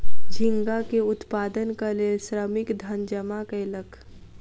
झींगा के उत्पादनक लेल श्रमिक धन जमा कयलक